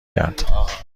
کرد